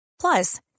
Plus